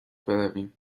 برویم